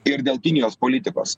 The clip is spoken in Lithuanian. ir dėl kinijos politikos